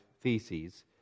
theses